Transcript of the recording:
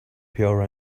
pure